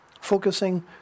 focusing